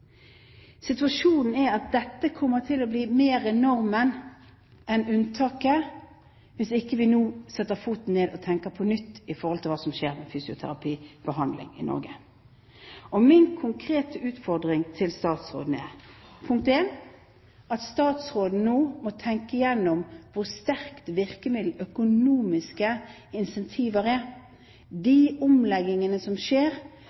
Situasjonen er at dette kommer til å bli mer normen enn unntaket hvis vi ikke nå setter foten ned og tenker på nytt hva som skjer med fysioterapibehandlingen i Norge. Min konkrete utfordring til statsråden er at statsråden nå må tenke gjennom hvor sterkt virkemiddel økonomiske incentiver er. De omleggingene som skjer,